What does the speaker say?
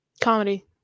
Comedy